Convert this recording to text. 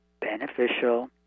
beneficial